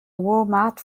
walmart